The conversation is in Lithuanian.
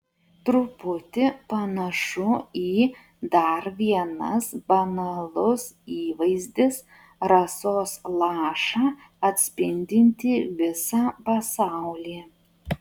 truputį panašu į dar vienas banalus įvaizdis rasos lašą atspindintį visą pasaulį